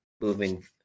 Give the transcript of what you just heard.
moving